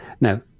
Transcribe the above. Now